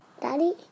Daddy